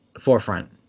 forefront